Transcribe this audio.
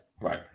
Right